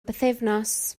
bythefnos